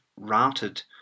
routed